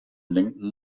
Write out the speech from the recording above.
lenken